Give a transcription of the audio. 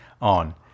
on